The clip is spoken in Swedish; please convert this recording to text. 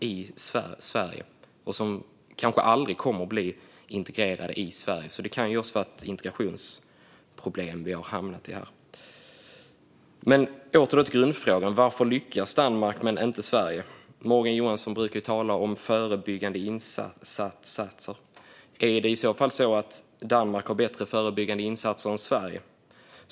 Kanske kommer de heller aldrig att bli integrerade, så vi kan ju ha hamnat i ett integrationsproblem här. Åter till grundfrågan: Varför lyckas Danmark men inte Sverige? Morgan Johansson brukar tala om förebyggande insatser. Har Danmark bättre förebyggande insatser än Sverige?